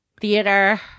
theater